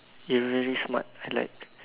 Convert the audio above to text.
you really smart I like